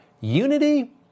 Unity